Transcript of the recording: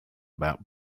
about